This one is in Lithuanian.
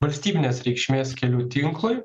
valstybinės reikšmės kelių tinklui